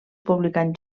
publicant